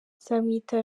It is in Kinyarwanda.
nzamwita